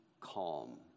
calm